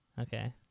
Okay